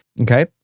Okay